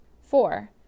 Four